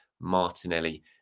Martinelli